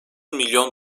milyon